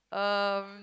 um